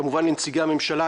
כמובן לנציגי הממשלה.